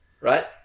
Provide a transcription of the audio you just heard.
right